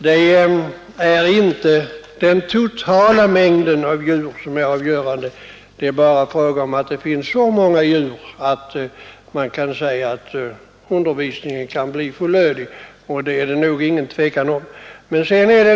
Det är inte den totala djurmängden som är avgörande, utan att det finns så många djur att undervisningen kan bli fullödig. Det är nog ingen tvekan om att så blir fallet.